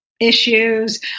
issues